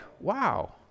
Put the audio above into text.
wow